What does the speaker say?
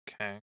Okay